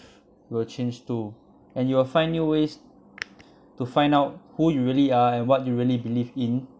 will change too and you will find new ways to find out who you really are and what you really believe in